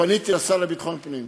פניתי לשר לביטחון פנים.